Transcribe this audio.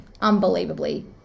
unbelievably